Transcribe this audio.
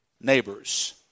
neighbors